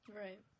Right